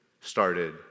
started